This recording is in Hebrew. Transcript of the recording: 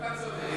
אתה צודק.